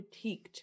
critiqued